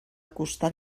acostar